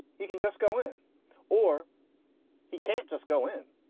he can just go in or he can't just go in.